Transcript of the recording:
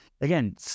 Again